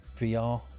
VR